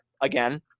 again